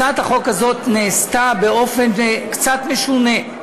הצעת החוק הזאת נעשתה באופן קצת משונה.